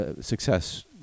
success